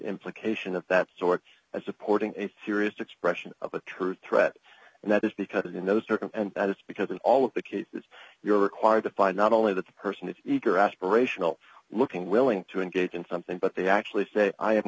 implication of that sort as supporting a serious expression of a true threat and that is because in those circles because in all of the cases you're required to find not only that the person is eager aspirational looking willing to engage in something but they actually say i am